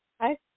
Hi